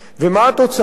ומה התוצאה?